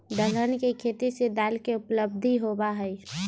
दलहन के खेती से दाल के उपलब्धि होबा हई